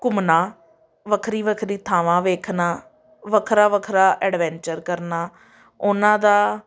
ਘੁੰਮਣਾ ਵੱਖਰੀ ਵੱਖਰੀ ਥਾਵਾਂ ਵੇਖਣਾ ਵੱਖਰਾ ਵੱਖਰਾ ਐਡਵੈਂਚਰ ਕਰਨਾ ਉਹਨਾਂ ਦਾ